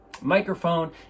microphone